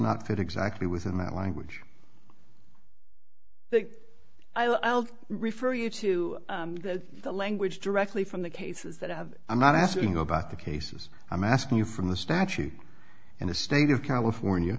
not fit exactly within that language i'll refer you to the language directly from the cases that have i'm not asking about the cases i'm asking you from the statute in the state of california